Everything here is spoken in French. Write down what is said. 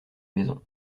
maison